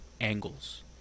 angles